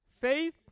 Faith